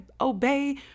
obey